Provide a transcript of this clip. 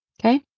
Okay